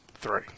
three